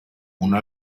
una